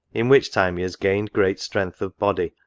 in which time he has gained great strength of body,